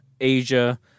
Asia